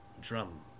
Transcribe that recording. drum